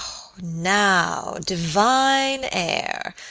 now, divine air!